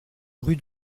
rue